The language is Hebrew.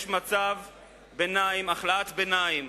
יש מצב ביניים, הכלאת ביניים.